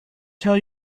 tell